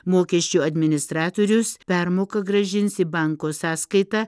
mokesčių administratorius permoką grąžins į banko sąskaitą